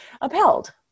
upheld